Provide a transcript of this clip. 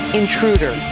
intruder